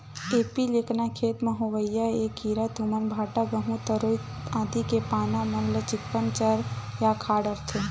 एपीलेकना खेत म होवइया ऐ कीरा तुमा, भांटा, गहूँ, तरोई आदि के पाना मन ल चिक्कन चर या खा डरथे